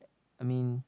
I mean